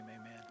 amen